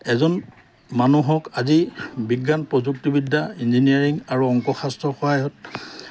এজন মানুহক আজি বিজ্ঞান প্ৰযুক্তিবিদ্যা ইঞ্জিনিয়াৰিং আৰু অংশ শাস্ত্ৰৰ সহায়ত